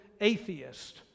atheist